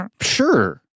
sure